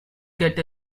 get